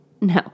No